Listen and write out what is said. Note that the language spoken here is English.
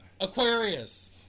Aquarius